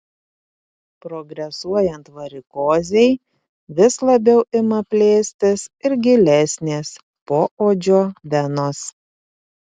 progresuojant varikozei vis labiau ima plėstis ir gilesnės poodžio venos